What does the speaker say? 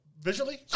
visually